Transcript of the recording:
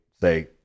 say